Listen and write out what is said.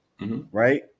Right